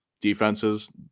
defenses